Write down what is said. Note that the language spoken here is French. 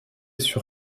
sur